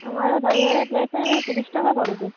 ଆମର ଦହିବରା ପ୍ଲେଟ୍ଟା ଆଜ୍ଞା ତିରିଶ ଟଙ୍କା ପଡ଼ୁଛି